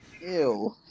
Ew